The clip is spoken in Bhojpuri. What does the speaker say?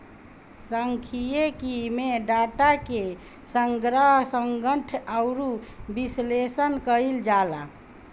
सांख्यिकी में डाटा के संग्रहण, संगठन अउरी विश्लेषण कईल जाला